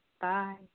Bye